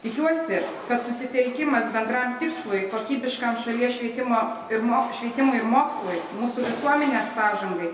tikiuosi kad susitelkimas bendram tikslui kokybiškam šalies švietimo ir mok švietimui ir mokslui mūsų visuomenės pažangai